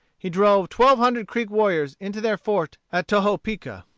he drove twelve hundred creek warriors into their fort at tohopeka.